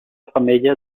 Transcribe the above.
femella